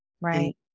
Right